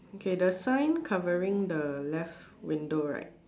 okay the sign covering the left window right